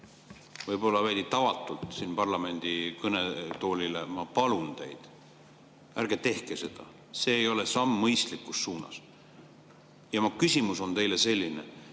Võib-olla veidi tavatult siin parlamendi kõnetoolis ma palun teid: ärge tehke seda, see ei ole samm mõistlikus suunas. Mu küsimus teile on selline: